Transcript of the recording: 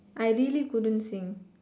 I really couldn't sing